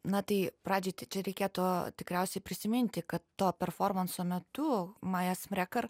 na tai pradžiai tai čia reikėtų tikriausiai prisiminti kad to performanso metu maja smrekar